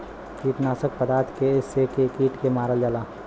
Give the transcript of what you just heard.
कीटनाशक पदार्थ से के कीट के मारल जाला